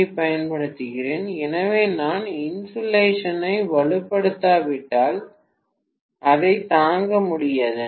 யைப் பயன்படுத்துகிறேன் எனவே நான் இன்சுலேஷனை வலுப்படுத்தாவிட்டால் அதைத் தாங்க முடியாது